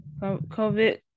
COVID